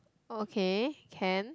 okay can